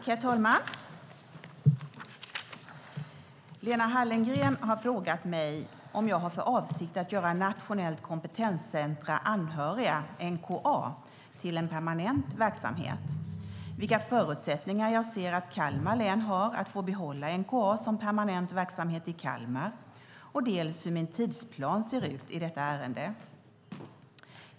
Herr talman! Lena Hallengren har frågat mig om jag har för avsikt att göra Nationellt kompetenscentrum Anhöriga, NkA, till permanent verksamhet, vilka förutsättningar jag ser att Kalmar län har för att få behålla NkA som permanent verksamhet i Kalmar och hur min tidsplan ser i ut i detta ärende.